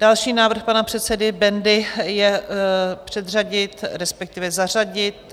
Další návrh pana předsedy Bendy je předřadit, respektive zařadit